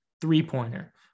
three-pointer